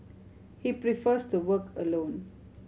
he prefers to work alone